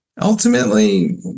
ultimately